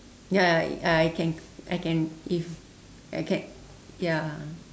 ya I can I can if I can ya